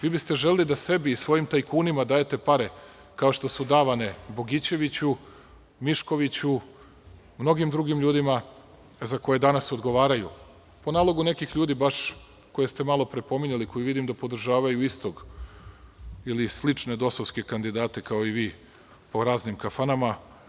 Vi biste želeli da sebi i svojim tajkunima dajete pare, kao što su davane Bogićeviću, Miškoviću, mnogim drugim ljudima, za koje danas odgovaraju, po nalogu nekih ljudi, baš koje ste malopre pominjali koji, vidim da podržavaju istog ili slične dosovske kandidate, kao i vi, po raznim kafanama.